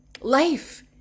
Life